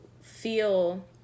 feel